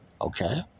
Okay